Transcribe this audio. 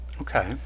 Okay